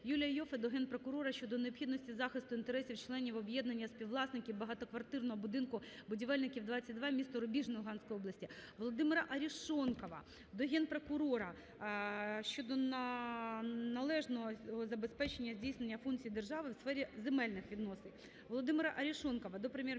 Юлія Іоффе до Генпрокурора щодо необхідності захисту інтересів членів Об'єднання співвласників багатоквартирного будинку "Будівельників 22", місто Рубіжне Луганської області. Володимира Арешонкова до Генпрокурора щодо належного забезпечення здійснення функцій держави у сфері земельних відносин. Володимира Арешонкова до Прем'єр-міністра